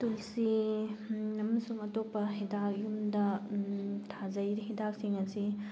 ꯇꯨꯜꯁꯤ ꯑꯃꯁꯨꯡ ꯑꯇꯣꯞꯄ ꯍꯤꯗꯥꯛ ꯌꯨꯝꯗ ꯊꯥꯖꯩ ꯍꯤꯗꯥꯛꯁꯤꯡ ꯑꯁꯤ